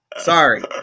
Sorry